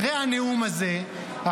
אחרי הנאום הזה,